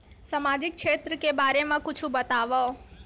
सामजिक क्षेत्र के बारे मा कुछु बतावव?